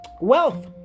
Wealth